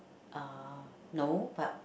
uh no but